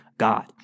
God